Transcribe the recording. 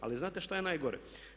Ali znate što je najgore?